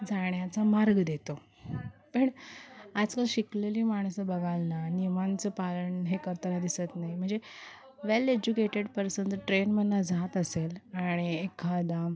जाण्याचा मार्ग देतो पण आजकाल शिकलेली माणसं बघायला नियमांचं पालन हे करताना दिसत नाही म्हणजे वेल एज्युकेटेड पर्सन ट्रेनमधून जात असेल आणि एखादा